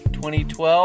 2012